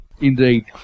Indeed